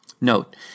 Note